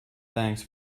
thanks